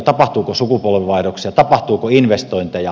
tapahtuuko sukupolvenvaihdoksia tapahtuuko investointeja